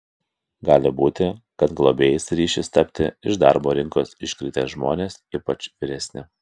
gali būti kad globėjais ryšis tapti iš darbo rinkos iškritę žmonės ypač vyresni